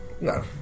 no